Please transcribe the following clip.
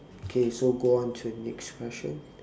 K so go on to next question